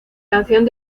canción